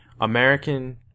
American